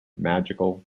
magical